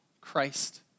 Christ